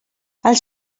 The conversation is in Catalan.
els